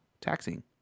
taxing